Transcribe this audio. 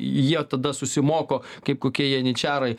jie tada susimoko kaip kokie janyčarai